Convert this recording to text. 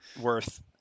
worth